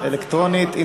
מה נעשה?